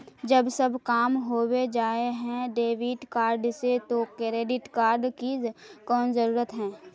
जब सब काम होबे जाय है डेबिट कार्ड से तो क्रेडिट कार्ड की कोन जरूरत है?